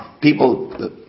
people